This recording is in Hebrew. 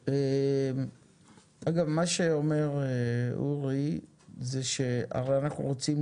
אגב מה שאומר אורי זה שהרי אנחנו רוצים